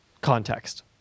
context